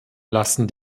lassen